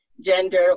gender